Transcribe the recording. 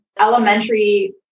elementary